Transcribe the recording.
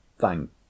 thank